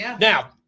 Now